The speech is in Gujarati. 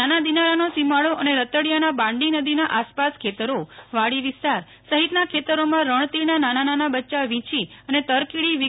નાના દિનારાનો સીમાડો અને રતડિયાના બાંડી નદીનાઆસપાસ ખેતરો વાડી વિસ્તારસહિતના ખેતરોમાં રણતીડના નાના નાના બચ્યાં વીંછી અને તરકીડી વિ